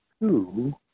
two